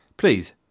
Please